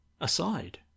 aside